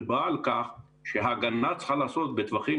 דובר על כך שהגנה צריכה להיעשות בטווחים